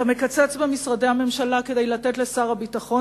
אתה מקצץ במשרדי הממשלה כדי לתת לשר הביטחון,